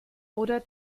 oder